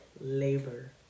labor